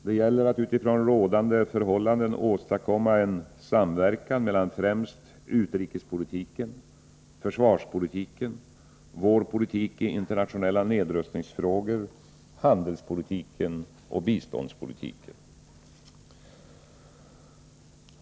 Det gäller att utifrån rådande förhållanden åstadkomma en samverkan mellan främst utrikespolitiken, försvarspolitiken, vår politik i internationella nedrustningsfrågor, handelspolitiken och biståndspolitiken.